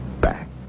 Back